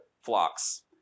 flocks